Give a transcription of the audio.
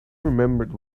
remembered